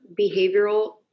behavioral